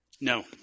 No